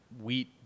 wheat